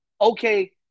Okay